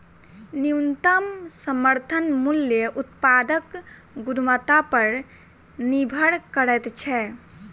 न्यूनतम समर्थन मूल्य उत्पादक गुणवत्ता पर निभर करैत छै